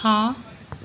हाँ